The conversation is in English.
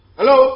Hello